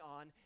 on